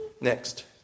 Next